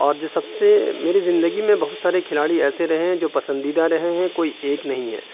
اور جو سب سے میری زندگی میں بہت سارے کھلاڑی ایسے رہے ہیں جو پسندیدہ رہے ہیں کوئی ایک نہیں ہے